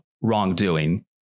wrongdoing